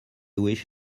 wish